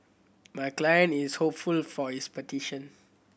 my client is hopeful for his petition